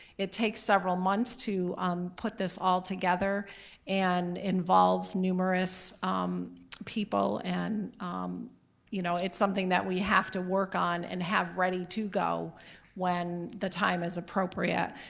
it takes several months to put this all together and involves numerous people and you know it's something that we have to work on and have ready to go when the time is appropriate.